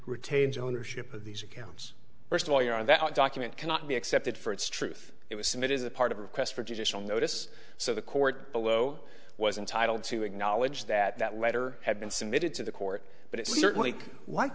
retains ownership of these accounts first of all you know that document cannot be accepted for its truth it was some it is a part of a request for judicial notice so the court below was entitled to acknowledge that that letter had been submitted to the court but